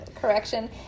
correction